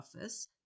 Office